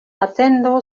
atendo